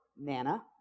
Nana